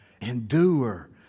Endure